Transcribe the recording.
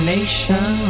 Nation